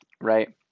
right